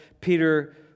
Peter